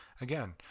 Again